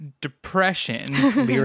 depression